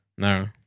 No